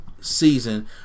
season